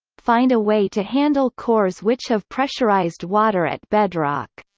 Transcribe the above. find a way to handle cores which have pressurised water at bedrock